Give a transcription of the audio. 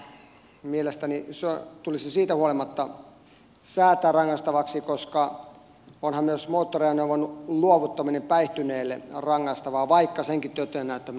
mutta mielestäni se tulisi siitä huolimatta säätää rangaistavaksi koska onhan myös moottoriajoneuvon luovuttaminen päihtyneelle rangaistavaa vaikka senkin toteen näyttäminen on hyvin vaikeaa